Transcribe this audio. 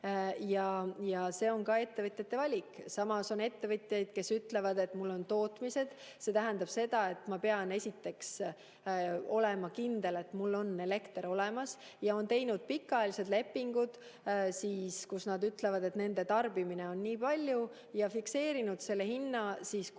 Ja see on ka ettevõtjate valik. Samas on ettevõtjaid, kes ütlevad, et mul on tootmised, see tähendab seda, et ma pean esiteks olema kindel, et mul on elekter olemas. Nad on teinud pikaajalised lepingud, kus nad ütlevad, et nende tarbimine on nii palju ja nad on fikseerinud selle hinna.